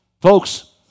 Folks